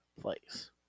place